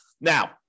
Now